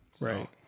right